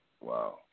Wow